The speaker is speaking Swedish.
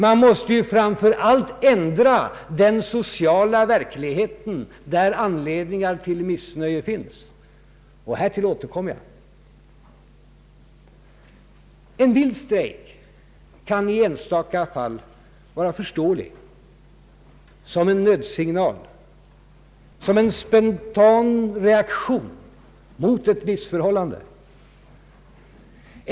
Man måste framför allt ändra den sociala verkligheten, där anledningar till missnöje finns; och härtill återkommer jag. En vild strejk kan i enstaka fall vara förståelig som en nödsignal, som en spontan reaktion mot ett missförhållande.